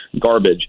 garbage